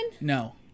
No